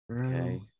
Okay